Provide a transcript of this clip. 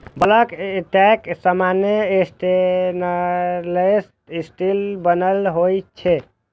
bulk tank सामान्यतः stainless steel सं बनल होइ छै